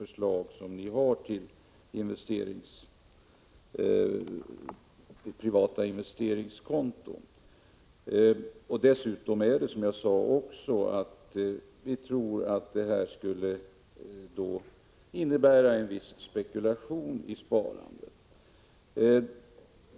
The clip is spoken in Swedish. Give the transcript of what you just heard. Som jag sade tror vi dessutom att detta kunde innebära en viss spekulation i sparandet.